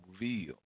reveal